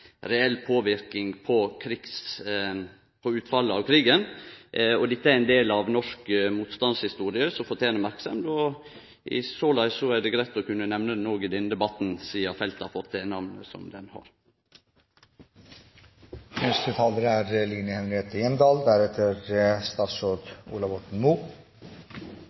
reell påverknad på utfallet av krigen. Dette er ein del av norsk motstandshistorie som fortener merksemd. Såleis er det greitt å kunne nemne dette òg i denne debatten, sidan oljefeltet har fått det namnet det har. Dette er en god sak og trenger fra Kristelig Folkeparti bare en kort kommentar. Det er slik, som